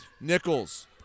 Nichols